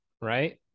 right